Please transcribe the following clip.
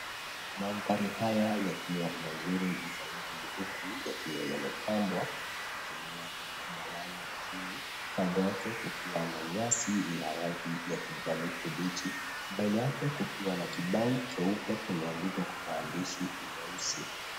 Maandhari haya yakiwa mazuri zaidi huku yakiwa yamepambwa kutumia magalana chini. Kando yake kukiwa na nyasi za rangi ya kijani kibichi. Mbele yake kukiwa na kibao cheupe kimeandikwa kwa maandishi meusi.